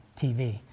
TV